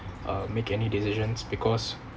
uh make any decisions because